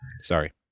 Sorry